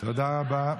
תודה רבה.